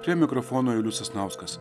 prie mikrofono julius sasnauskas